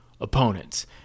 opponents